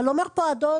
אבל האדון פה,